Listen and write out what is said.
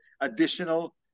additional